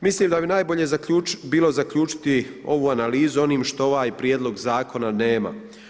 Mislim da bi najbolje bilo zaključiti ovu analizu onim što ovaj Prijedlog zakona nema.